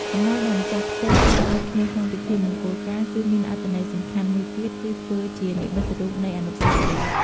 អំណោយដែលម្ចាស់ផ្ទះផ្តល់ឲ្យភ្ញៀវក្នុងពិធីមង្គលការ គឺមានអត្ថន័យសំខាន់មួយទៀត គឺធ្វើជានិមិត្តរូបនៃអនុស្សាវរីយ៍។